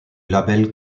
label